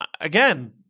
Again